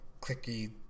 clicky